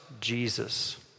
Jesus